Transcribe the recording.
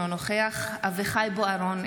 אינו נוכח אביחי אברהם בוארון,